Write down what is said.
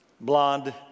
blonde